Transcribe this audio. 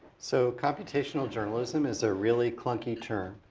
so computational journalism is a really clunky term.